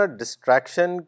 distraction